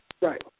Right